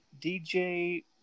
DJ